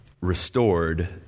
restored